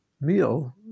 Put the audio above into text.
meal